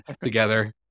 together